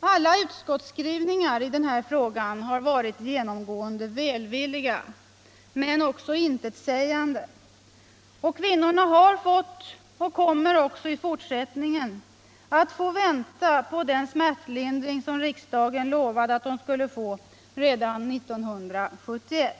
Alla utskottsskrivningar i denna fråga har genomgående varit välvilliga men intetsägande, och kvinnorna har fått — och kommer också i fortsätltningen att få — vänta på den smärtlindring som riksdagen lovade att de skulle få redan 1971.